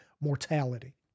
mortality